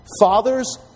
Fathers